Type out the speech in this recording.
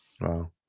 Wow